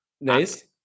Nice